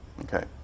Okay